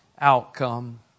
outcome